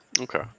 Okay